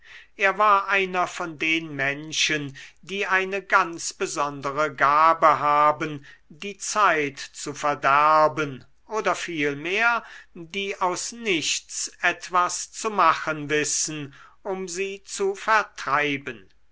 er war einer von den menschen die eine ganz besondere gabe haben die zeit zu verderben oder vielmehr die aus nichts etwas zu machen wissen um sie zu vertreiben